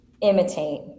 imitate